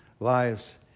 Lives